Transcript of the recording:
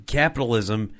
capitalism